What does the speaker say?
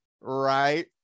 right